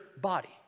body